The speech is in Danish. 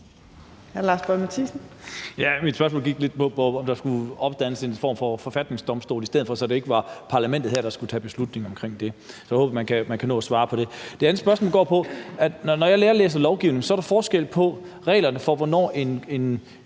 Lars Boje Mathiesen (NB): Mit spørgsmål gik lidt på, om der skulle oprettes en form for forfatningsdomstol i stedet for, så det ikke var parlamentet her, der skulle træffe beslutning i de her sager. Jeg håber, ordføreren kan nå at svare på det. Det andet spørgsmål går på, at når jeg nærlæser lovgivningen, er der forskel på reglerne for, hvornår man